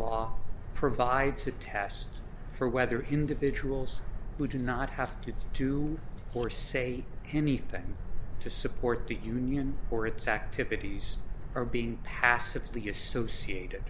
law provides a test for whether individuals who do not have to do or say anything to support the union or its activities are being passive the associated